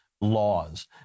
laws